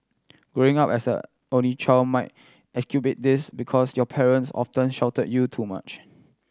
growing up as an only child might exacerbate this because your parents often shelter you too much